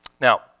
Now